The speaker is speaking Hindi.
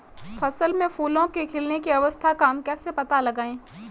फसल में फूलों के खिलने की अवस्था का हम कैसे पता लगाएं?